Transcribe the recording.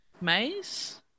maze